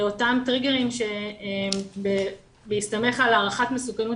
לאותם טריגרים בהסתמך על הערכת מסוכנות